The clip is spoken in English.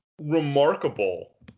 remarkable